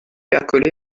accolé